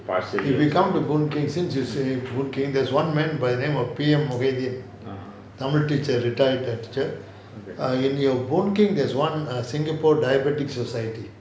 if you come to boon keng since you stay boon keng there's one man by the name of P_M mohideen tamil teacher retired teacher in your boon keng there's one err singapore diabetic society